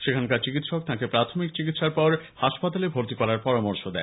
সেখানকার চিকিৎসক তাকে প্রাথমিক চিকিৎসার পর হাসপাতালে ভর্তি করার পরামর্শ দেন